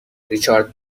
ریچارد